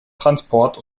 transport